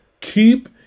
Keep